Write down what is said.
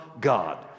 God